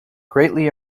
greatly